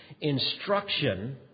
instruction